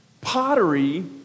Pottery